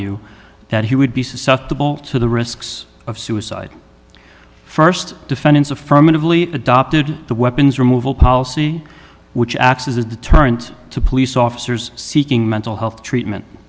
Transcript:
e that he would be susceptible to the risks of suicide first defendants affirmatively adopted the weapons removal policy which acts as a deterrent to police officers seeking mental health treatment